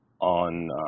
on